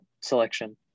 selection